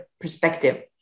perspective